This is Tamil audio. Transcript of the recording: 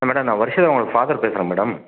மேடம் நான் வர்ஷா அவங்க ஃபாதர் பேசுறேன் மேடம்